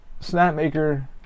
Snapmaker